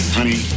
Honey